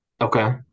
Okay